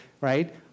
right